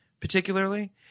particularly